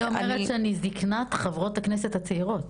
אני אומרת שאני זקנת חברות הכנסת הצעירות.